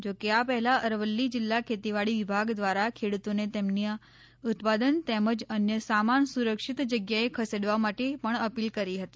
જોકે આ પહેલા અરવલ્લી જિલ્લા ખેતીવાડી વિભાગ દ્વારા ખેડૂતોને તેમના ઉત્પાદન તેમજ અન્ય સામાન સુરક્ષિત જગ્યાએ ખસેડવા માટે પણ અપિલ કરી હતી